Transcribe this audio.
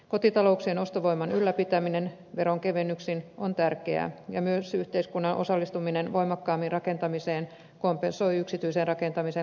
kotitalouksien ostovoiman ylläpitäminen veronkevennyksin on tärkeää ja myös yhteiskunnan osallistuminen voimakkaammin rakentamiseen kompensoi yksityisen rakentamisen laantumista